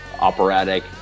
operatic